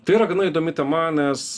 tai yra gana įdomi tema nes